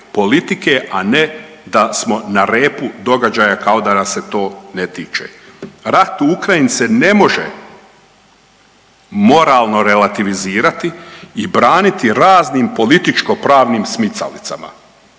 a ne da smo na repu događaja kao da nas se to ne tiče. Rat u Ukrajini se ne može moralno relativizirati i braniti raznim političko pravnim smicalicama.